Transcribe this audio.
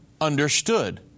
understood